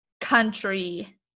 country